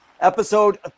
Episode